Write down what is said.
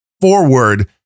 forward